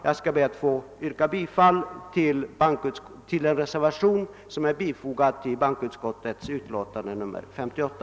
Jag ber att få yrka bifall till den reservation som är fogad till bankoutskottets utlåtande nr 58.